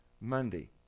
Monday